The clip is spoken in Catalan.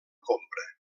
compra